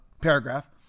paragraph